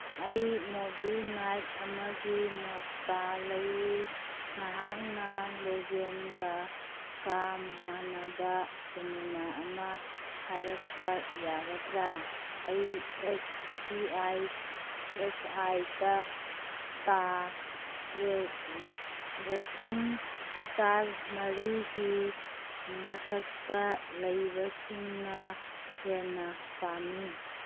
ꯑꯩ movie night ꯑꯃꯒꯤ ꯃꯣꯠꯇ ꯂꯩꯔꯤ ꯅꯍꯥꯛꯅ ꯂꯦꯒꯦꯟꯒ ꯀ ꯃꯥꯟꯅꯕ ꯁꯦꯅꯤꯃꯥ ꯑꯃ ꯍꯥꯏꯔꯛꯄ ꯌꯥꯒꯗ꯭ꯔ ꯑꯩ ꯑꯦꯁ ꯁꯤ ꯑꯥꯏ ꯑꯦꯐ ꯑꯥꯏꯗ ꯇ ꯔꯦꯇꯤꯡ ꯏꯁꯇꯥꯔ ꯃꯔꯤꯒꯤ ꯃꯊꯛꯇ ꯂꯩꯕꯁꯤꯡꯅ ꯍꯦꯟꯅ ꯄꯥꯝꯃꯤ